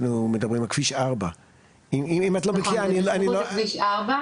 אנחנו מדברים על כביש 4. אם את לא בקיאה אני לא אתקיל אותך.